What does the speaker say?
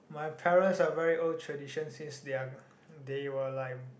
my parents are very old tradition since they are they were like